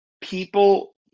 people